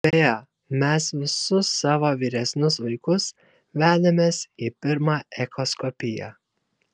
beje mes visus savo vyresnius vaikus vedėmės į pirmą echoskopiją